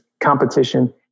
competition